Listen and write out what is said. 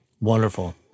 Wonderful